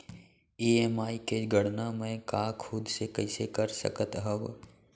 EMI के गड़ना मैं हा खुद से कइसे कर सकत हव?